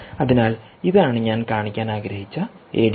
അതിനാൽ ഇതാണ് ഞാൻ കാണിക്കാൻ ആഗ്രഹിച്ച എഡിസി